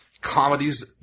comedies